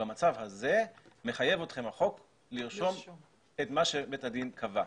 במצב הזה מחייב אתכם החוק לרשום את מה שבית הדין קבע.